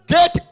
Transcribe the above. Get